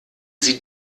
sie